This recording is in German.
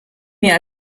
mir